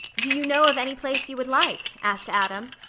do you know of any place you would like? asked adam.